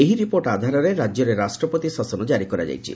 ଏହି ରିପୋର୍ଟ ଆଧାରରେ ରାଜ୍ୟରେ ରାଷ୍ଟ୍ରପତି ଶାସନ ଜାରି କରାଯାଇଛି